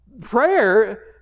Prayer